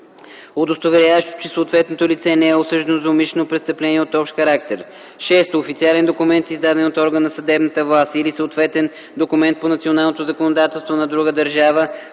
удостоверяващо че съответното лице не е осъждано за умишлено престъпление от общ характер; 6. официален документ, издаден от орган на съдебната власт, или съответен документ по националното законодателство на друга държава,